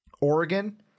Oregon